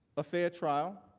a fair trial.